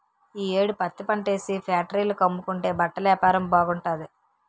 ఈ యేడు పత్తిపంటేసి ఫేట్రీల కమ్ముకుంటే బట్టలేపారం బాగుంటాది